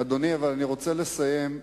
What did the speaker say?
אדוני, אני רוצה לסיים.